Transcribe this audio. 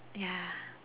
ya